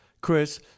Chris